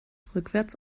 rückwärts